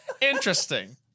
Interesting